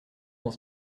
dans